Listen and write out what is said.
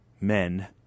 men